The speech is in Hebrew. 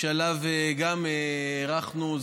שגם בו הארכנו,